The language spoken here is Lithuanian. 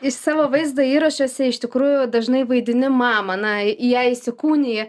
iš savo vaizdo įrašuose iš tikrųjų dažnai vaidini mamą na į ją įsikūnyji